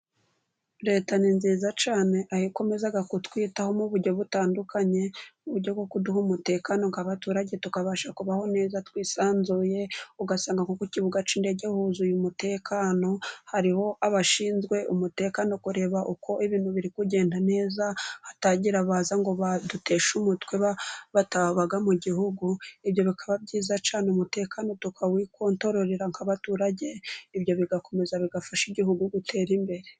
Leta ni nziza cyane aho ikomeza kutwitaho mu buryo butandukanye, uburyo bwo kuduha umutekano nk'abaturage tukabasha kubaho neza twisanzuye, ugasanga nko kukibuga cy'indege huzuye umutekano hari abashinzwe umutekano, kureba uko ibintu biri kugenda neza hatagira abaza ngo baduteshe umutwe bataba mu gihugu ibyo bikaba byiza cyane umutekano tukawikontororera nk'abaturage, ibyo bigakomeza bigafasha igihugu gutera imbere.